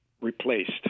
replaced